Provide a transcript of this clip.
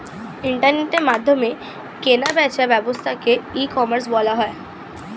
ইন্টারনেটের মাধ্যমে কেনা বেচার ব্যবসাকে ই কমার্স বলা হয়